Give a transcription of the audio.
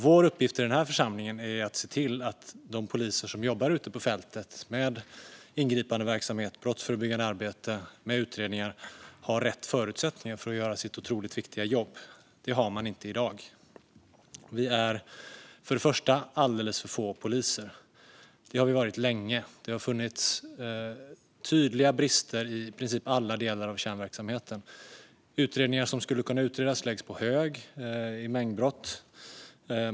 Vår uppgift i den här församlingen är att se till att de poliser som jobbar ute på fältet med ingripandeverksamhet, brottsförebyggande arbete och utredningar har rätt förutsättningar för att göra sitt otroligt viktiga jobb. Det har de inte i dag. Vi är för det första alldeles för få poliser. Det har vi varit länge. Det har funnits tydliga brister inom i princip alla delar av kärnverksamheten. Mängdbrott som skulle kunna utredas läggs på hög.